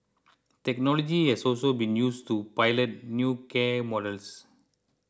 technology has also been used to pilot new care models